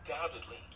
undoubtedly